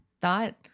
thought